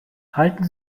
halten